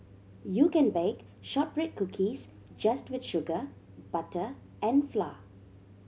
you can bake shortbread cookies just with sugar butter and flour